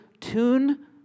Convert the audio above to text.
tune